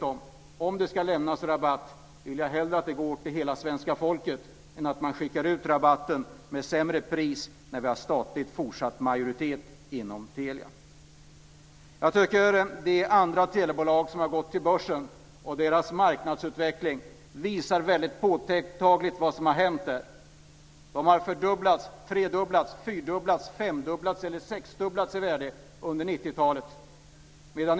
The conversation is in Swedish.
Om det ska lämnas rabatt vill jag hellre att den går till hela svenska folket än att man skickar ut rabatten med sämre pris samtidigt som vi har fortsatt statlig majoritet i Det finns andra telebolag som har gått till börsen. Deras marknadsutveckling visar väldigt påtagligt vad som har hänt. De har fördubblats, tredubblats, fyrdubblats, femdubblats eller sexdubblats i värde under 90-talet.